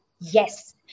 yes